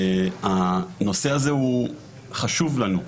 הנושא הזה חשוב לנו,